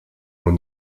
ont